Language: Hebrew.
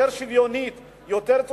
שוויונית יותר,